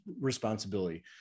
responsibility